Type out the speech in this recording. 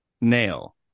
Nail